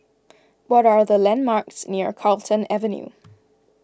what are the landmarks near Carlton Avenue